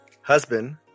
husband